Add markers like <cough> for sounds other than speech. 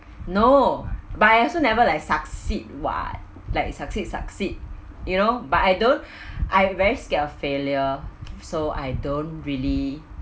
no but I also never like succeed what like succeed succeed you know but I don't <breath> I very scared of failure so I don't really